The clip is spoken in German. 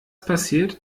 passiert